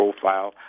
profile